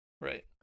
right